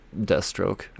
Deathstroke